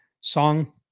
Song